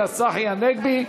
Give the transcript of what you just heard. אלא צחי הנגבי.